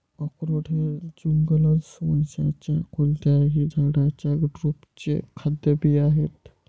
अक्रोड हे जुगलन्स वंशाच्या कोणत्याही झाडाच्या ड्रुपचे खाद्य बिया आहेत